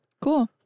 Cool